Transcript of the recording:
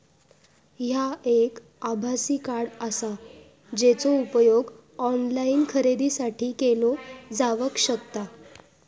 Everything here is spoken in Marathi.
ह्या एक आभासी कार्ड आसा, जेचो उपयोग ऑनलाईन खरेदीसाठी केलो जावक शकता